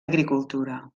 agricultura